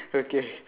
okay